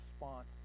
response